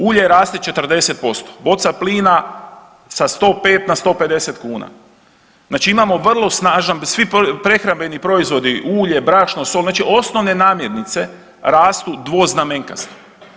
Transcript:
Ulje raste 40%, boca plina sa 105 na 150 kuna, znači imamo vrlo snažan, svi prehrambeni proizvodi ulje, brašno, sol znači osnovne namirnice rastu dvoznamenkasto.